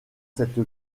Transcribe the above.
cette